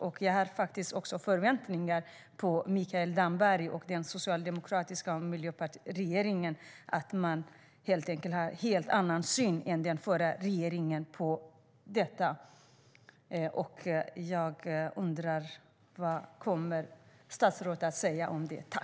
Jag har också förväntningar på att Mikael Damberg och den socialdemokratiska och miljöpartistiska regeringen har en helt annan syn än den förra regeringen på detta. Jag undrar vad statsrådet kommer att säga om detta.